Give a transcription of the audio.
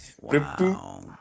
Wow